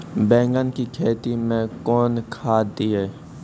बैंगन की खेती मैं कौन खाद दिए?